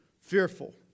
fearful